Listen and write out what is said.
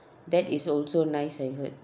that is also nice I heard